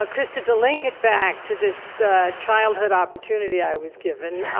ah krista, to link it back to this childhood opportunity i was given,